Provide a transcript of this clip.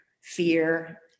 fear